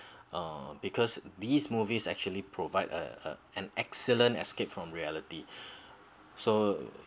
uh because these movies actually provide uh uh an excellent escape from reality so